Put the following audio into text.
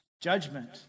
judgment